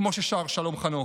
כמו ששר שלום חנוך,